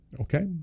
Okay